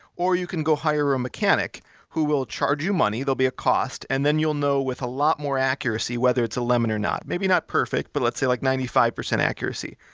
or you can go hire a mechanic who will charge you money, there'll be a cost, and then you'll know with a lot more accuracy whether it's a lemon or not. maybe not perfect, but let's say like ninety five percent accuracy.